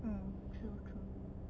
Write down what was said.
mm true true